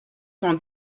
sont